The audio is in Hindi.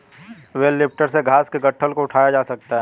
बेल लिफ्टर से घास के गट्ठल को उठाया जा सकता है